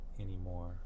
anymore